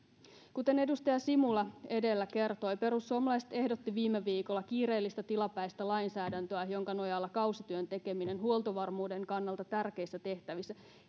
kuten edustaja simula edellä kertoi perussuomalaiset ehdottivat viime viikolla kiireellistä tilapäistä lainsäädäntöä jonka nojalla kausityön tekeminen huoltovarmuuden kannalta tärkeissä tehtävissä